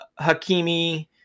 Hakimi